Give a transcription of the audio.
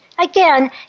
Again